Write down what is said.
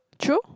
true